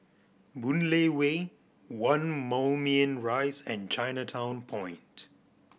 Boon Lay Way One Moulmein Rise and Chinatown Point